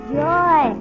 joy